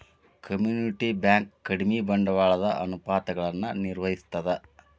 community bank ಕಡಿಮಿ ಬಂಡವಾಳದ ಅನುಪಾತಗಳನ್ನ ನಿರ್ವಹಿಸ್ತದ